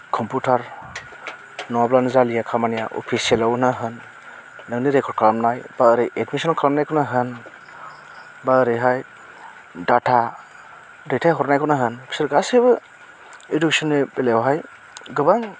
computer नङाब्लानो जालिया खामानिया अपिसियेलावनो होन नोंनि रेकर्ड खालामनाय बा ओरै एडमिसन खालामनायखौनो होन बा ओरैहाय डाटा दैथाय हरनायखौनो होन फिसोर गासैबो इडुकेसनि बेलायावहाय गोबां